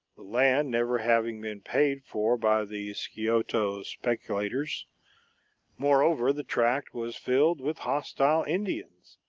the land never having been paid for by the scioto speculators moreover, the tract was filled with hostile indians.